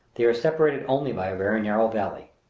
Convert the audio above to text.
they are separated only by a very narrow valley.